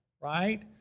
right